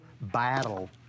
battle